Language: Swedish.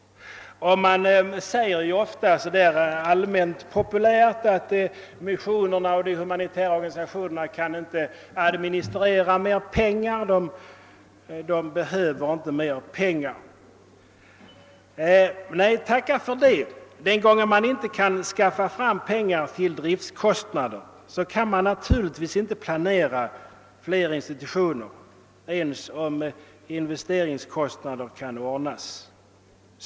Man säger ofta så där allmänt populärt att missionen och de humanitära organisationerna inte kan förbruka mer pengar. Nej, tacka för det! Då man inte kan skaffa pengar till driften kan man naturligtvis inte planera fler institutioner, inte ens om investeringskostnaderna kan bestridas.